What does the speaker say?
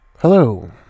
hello